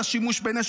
שים לב,